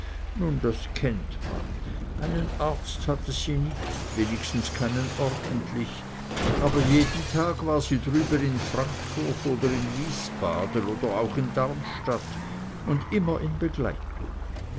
nun das kennt man einen arzt hatte sie nicht wenigstens keinen ordentlichen aber jeden tag war sie drüben in frankfurt oder in wiesbaden oder auch in darmstadt und immer in begleitung